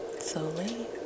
slowly